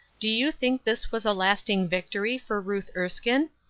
do you think this was a lasting victory for ruth erskine?